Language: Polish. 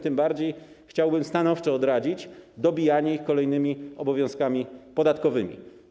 Tym bardziej chciałbym stanowczo odradzić dobijanie ich kolejnymi obowiązkami podatkowymi.